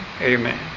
Amen